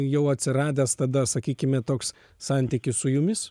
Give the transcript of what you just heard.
jau atsiradęs tada sakykime toks santykis su jumis